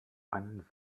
einen